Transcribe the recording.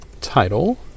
title